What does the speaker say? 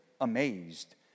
amazed